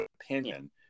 opinion